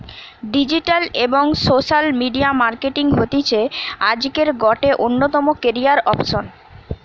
digital এবং social media marketing হতিছে আজকের গটে অন্যতম ক্যারিয়ার অপসন